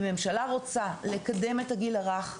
אני רוצה לומר שאם ממשלה רוצה לקדם את הגיל הרך,